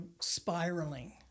spiraling